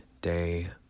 day